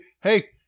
hey